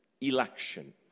election